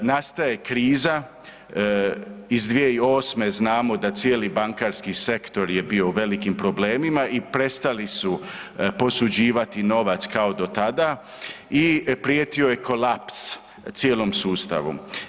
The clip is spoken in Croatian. Nastaje kriza, iz 2008.g. znamo da cijeli bankarski sektor je bio u velikim problemima i prestali su posuđivati novac kao do tada i prijetio je kolaps cijelom sustavu.